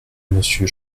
monsieur